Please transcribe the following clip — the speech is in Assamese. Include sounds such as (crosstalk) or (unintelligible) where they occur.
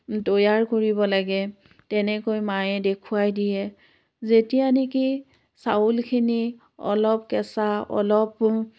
তৈয়াৰ কৰিব লাগে তেনেকৈ মায়ে দেখুৱাই দিয়ে যেতিয়া নেকি চাউলখিনি অলপ কেঁচা অলপ (unintelligible)